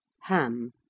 ham